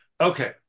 Okay